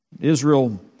Israel